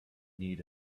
need